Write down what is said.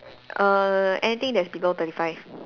err anything that's below thirty five